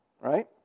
Right